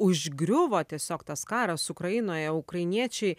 užgriuvo tiesiog tas karas ukrainoje ukrainiečiai